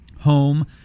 home